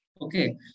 Okay